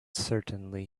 certainly